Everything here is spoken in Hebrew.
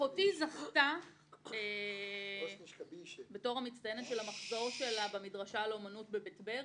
אחותי זכתה בתור המצטיינת של המחזור שלה במדרשה לאומנות בבית ברל,